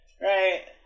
Right